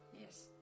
Yes